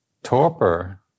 Torpor